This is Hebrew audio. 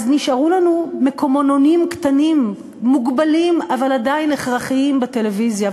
אז נשארו לנו מקומונים קטנים מוגבלים אבל עדיין הכרחיים בטלוויזיה.